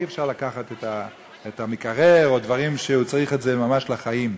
אי-אפשר לקחת את המקרר או דברים שהוא צריך ממש לחיים.